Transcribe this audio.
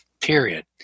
period